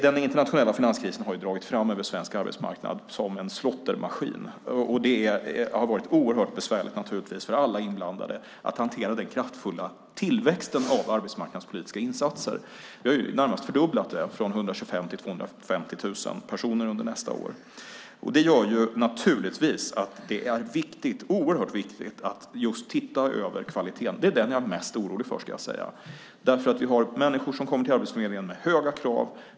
Den internationella finanskrisen har ju dragit fram över svensk arbetsmarknad som en slåttermaskin, och det har naturligtvis varit oerhört besvärligt för alla inblandade att hantera den kraftfulla tillväxten av arbetsmarknadspolitiska insatser. Vi har ju närmast fördubblat det från 125 000 till 250 000 personer under nästa år. Det gör naturligtvis att det är oerhört viktigt att just se över kvaliteten. Det är den jag är mest orolig för, ska jag säga. Vi har människor som kommer till Arbetsförmedlingen med höga krav.